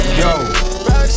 yo